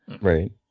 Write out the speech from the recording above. Right